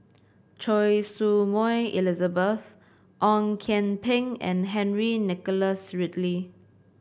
Choy Su Moi Elizabeth Ong Kian Peng and Henry Nicholas Ridley